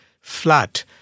flat